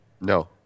No